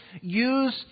use